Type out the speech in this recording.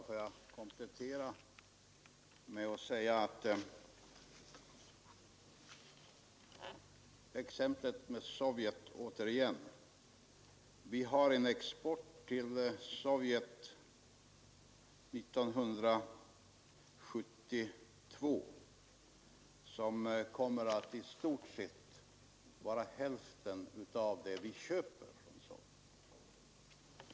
Jag vill återigen komplettera exemplet Sovjet med att säga att vi 1972 har en export till Sovjet som kommer att i stort sett vara hälften av vad vi köper därifrån.